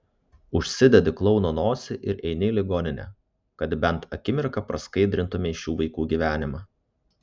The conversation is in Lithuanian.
užsidedi klouno nosį ir eini į ligoninę kad bent akimirką praskaidrintumei šių vaikų gyvenimą